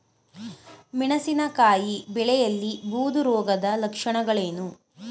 ಮೆಣಸಿನಕಾಯಿ ಬೆಳೆಯಲ್ಲಿ ಬೂದು ರೋಗದ ಲಕ್ಷಣಗಳೇನು?